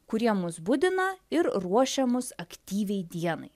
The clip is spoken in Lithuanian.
kurie mus budina ir ruošia mus aktyviai dienai